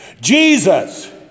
Jesus